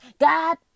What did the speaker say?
God